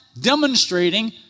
demonstrating